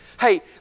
Hey